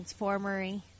transformery